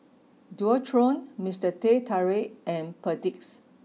Dualtron Mister Teh Tarik and Perdix